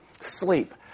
Sleep